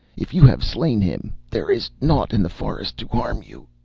if you have slain him, there is naught in the forest to harm you.